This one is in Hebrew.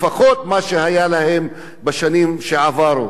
לפחות מה שהיה להם בשנים שעברו,